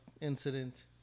incident